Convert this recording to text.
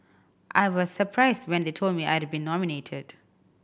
I was surprised when they told me I had been nominated